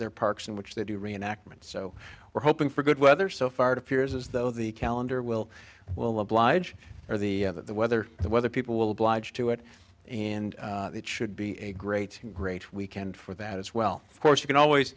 their parks in which they do reenactment so we're hoping for good weather so far it appears as though the calendar will well oblige or the other the weather the weather people will oblige to it and it should be a great great weekend for that as well of course you can always